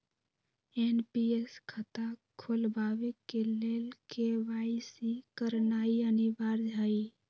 NPS खता खोलबाबे के लेल के.वाई.सी करनाइ अनिवार्ज हइ